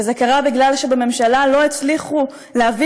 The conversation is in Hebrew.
וזה קרה בגלל שבממשלה לא הצליחו להביא